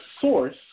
source